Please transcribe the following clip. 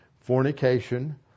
fornication